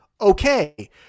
Okay